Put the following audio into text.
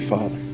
Father